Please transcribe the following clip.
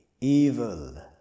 evil